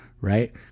right